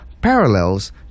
parallels